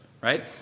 right